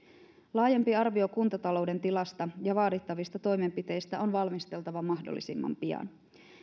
laajempi arvio kuntatalouden tilasta ja vaadittavista toimenpiteistä on valmisteltava mahdollisimman pian